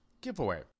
giveaway